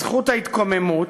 בזכות ההתקוממות,